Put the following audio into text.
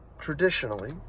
traditionally